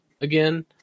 again